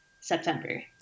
September